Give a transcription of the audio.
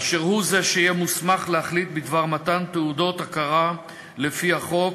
אשר הוא זה שיהיה מוסמך להחליט בדבר מתן תעודות הכרה לפי החוק,